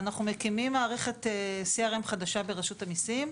אנחנו מקימים מערכת CRM חדשה ברשות המיסים,